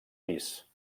pis